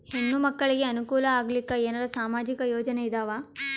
ಹೆಣ್ಣು ಮಕ್ಕಳಿಗೆ ಅನುಕೂಲ ಆಗಲಿಕ್ಕ ಏನರ ಸಾಮಾಜಿಕ ಯೋಜನೆ ಇದಾವ?